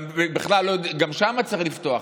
גם שם צריך לפתוח.